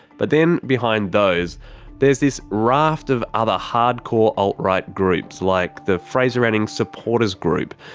but then, behind those there's this raft of other hard-core alt-right groups, like the fraser anning supporters group,